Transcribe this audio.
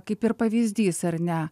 kaip ir pavyzdys ar ne